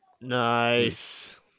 Nice